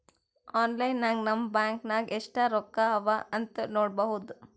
online ನಾಗ್ ನಮ್ bank ನಾಗ್ ಎಸ್ಟ್ ರೊಕ್ಕಾ ಅವಾ ಅಂತ್ ನೋಡ್ಬೋದ